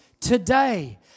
today